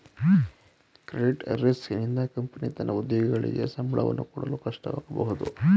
credit risk ನಿಂದ company ತನ್ನ ಉದ್ಯೋಗಿಗಳಿಗೆ ಸಂಬಳವನ್ನು ಕೊಡಲು ಕಷ್ಟವಾಗಬಹುದು